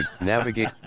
navigate